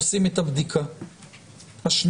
עושים את הבדיקה השנייה.